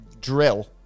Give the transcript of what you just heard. drill